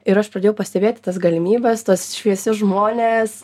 ir aš pradėjau pastebėti tas galimybes tuos šviesius žmones